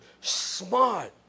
smart